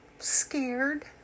scared